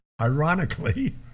ironically